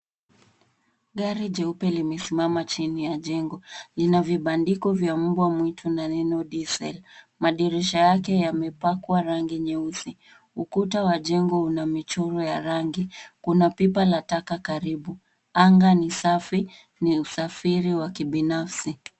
Gari jeupe limesimama jini ya jengo. Lina vipandiko vya mbwa mwitu na neno diesel , madirisha yake yamepakwa rangi nyeusi. Ukuta wa jengo una mchoro ya rangi. Kuna pipa la taka karibu. Anga ni safi ni usafiri wa kibinafisi.